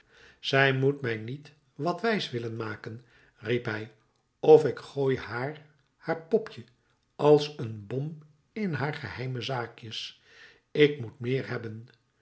zij moet mij niet wat wijs willen maken riep hij of ik gooi haar haar popje als een bom in haar geheime zaakjes ik moet meer hebben